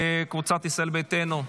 קבוצת סיעת ישראל ביתנו,